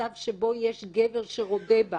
למצב שבו יש גבר שרודה בה